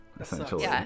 essentially